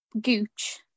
Gooch